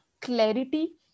clarity